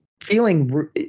feeling